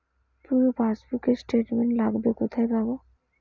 পুরো পাসবুকের স্টেটমেন্ট লাগবে কোথায় পাব?